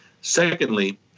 Secondly